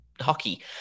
hockey